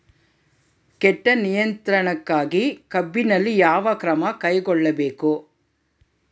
ಕೇಟ ನಿಯಂತ್ರಣಕ್ಕಾಗಿ ಕಬ್ಬಿನಲ್ಲಿ ಯಾವ ಕ್ರಮ ಕೈಗೊಳ್ಳಬೇಕು?